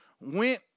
went